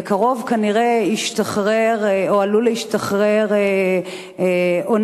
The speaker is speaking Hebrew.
בקרוב כנראה ישתחרר, או עלול להשתחרר, אונס.